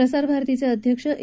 प्रसार भरतीचे अध्यक्ष ए